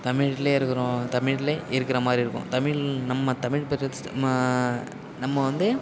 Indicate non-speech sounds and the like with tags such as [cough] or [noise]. தமிழிலே இருக்கிறோம் தமிழிலே இருக்கிற மாதிரி இருக்கும் தமிழ் நம்ம தமிழ் [unintelligible] நம்ம வந்து